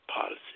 policy